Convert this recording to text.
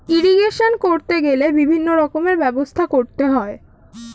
irrigation করতে গেলে বিভিন্ন রকমের ব্যবস্থা করতে হয়